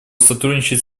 сотрудничать